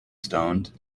stoned